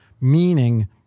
Meaning